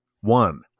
One